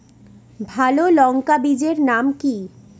ভালো লঙ্কা বীজের নাম কি?